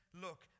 look